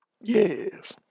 Yes